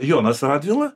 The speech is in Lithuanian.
jonas radvila